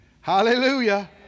Hallelujah